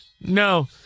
No